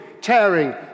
tearing